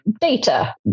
data